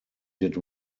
did